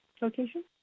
location